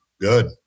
good